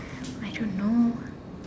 I don't know